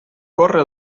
corre